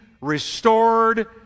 restored